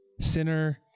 sinner